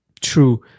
True